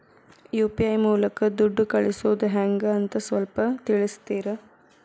UPI ಮೂಲಕ ದುಡ್ಡು ಕಳಿಸೋದ ಹೆಂಗ್ ಅಂತ ಸ್ವಲ್ಪ ತಿಳಿಸ್ತೇರ?